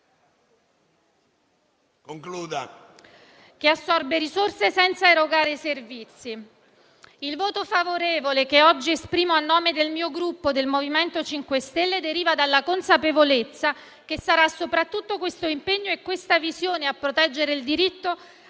che assorbe risorse senza erogare i servizi. Il voto favorevole che oggi esprimo, a nome del mio Gruppo MoVimento 5 Stelle, deriva dalla consapevolezza che sarà soprattutto questo impegno e questa visione a proteggere il diritto